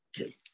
Okay